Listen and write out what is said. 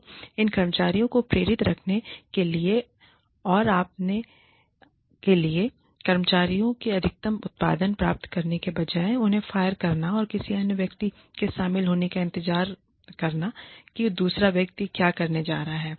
तो इन कर्मचारियों को प्रेरित रखने के लिए और आप के लिए इन कर्मचारियों से अधिकतम उत्पादन प्राप्त करने के बजाय उन्हें फायर करना और किसी अन्य व्यक्ति के शामिल होने का इंतजार रहा है कि दूसरा व्यक्ति क्या करने जा रहा है